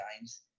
times